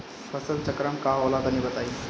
फसल चक्रण का होला तनि बताई?